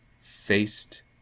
faced